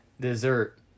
dessert